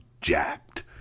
jacked